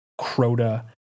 Crota